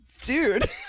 dude